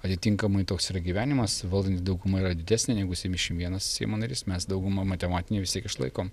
atitinkamai toks yra gyvenimas valdanti dauguma yra didesnė negu semišim vienas seimo narys mes daugumą matematinę vis tiek išlaikom